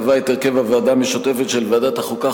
ההודעה הראשונה: ועדת הכנסת קבעה את הרכב הוועדה המשותפת של ועדת החוקה,